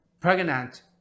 pregnant